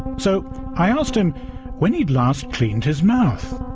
so i asked him when he had last cleaned his mouth?